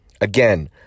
Again